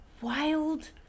wild